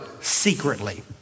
secretly